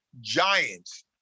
giants